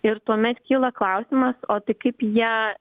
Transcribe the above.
ir tuomet kyla klausimas o tai kaip ją